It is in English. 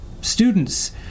students